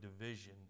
division